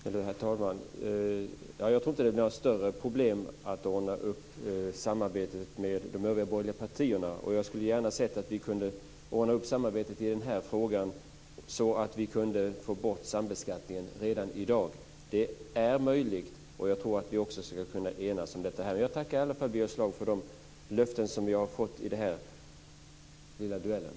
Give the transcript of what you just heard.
Herr talman! Jag tror inte att det blir några större problem att ordna samarbetet med de övriga borgerliga partierna. Jag skulle gärna ha sett att vi hade kunnat ordna ett samarbetet i den här frågan så att vi hade kunnat få bort sambeskattningen redan i dag. Det är möjligt. Jag tror att vi också ska kunna enas om det. Jag tackar Birger Schlaug för de löften som jag har fått i den här lilla duellen.